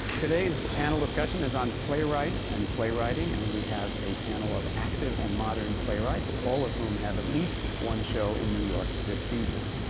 today's panel discussion is on playwrights and playwriting. and we have a panel of active and modern playwrights, all of whom have at least one show in new york this season.